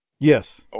Yes